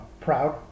proud